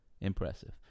Impressive